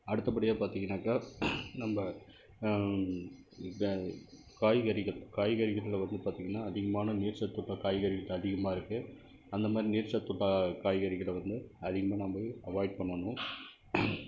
அடுத்தபடியாக பார்த்தீங்கன்னாக்கா நம்ம இந்த காய்கறிகள் காய்கறிகளில் வந்து பார்த்தீங்கன்னா அதிகமான நீர் சத்துகள் காய்கறியில் அதிகமாக இருக்குது அந்த மாதிரி நீர்ச்சத்து காய்கறிகளை வந்து அதிகமாக நம்ம அவாய்ட் பண்ணணும்